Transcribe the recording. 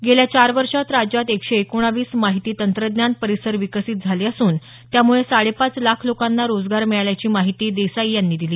गेल्या चार वर्षात राज्यात एकशे एकोणीस माहिती तंत्रज्ञान परिसर विकसित झाले असून त्यामुळे साडेपाच लाख लोकांना रोजगार मिळाल्याची माहिती देसाई यांनी दिली